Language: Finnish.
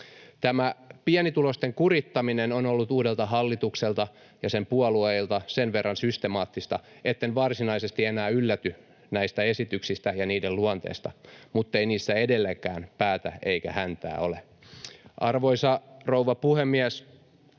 Tämä pienituloisten kurittaminen on ollut uudelta hallitukselta ja sen puolueilta sen verran systemaattista, etten varsinaisesti enää ylläty näistä esityksistä ja niiden luonteesta, muttei niissä edelleenkään päätä eikä häntää ole. Arvoisa rouva puhemies!